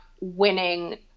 winning